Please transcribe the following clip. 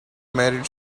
married